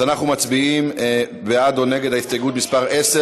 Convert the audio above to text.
אנחנו מצביעים בעד או נגד הסתייגות מס' 10,